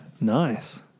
Nice